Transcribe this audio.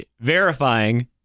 Verifying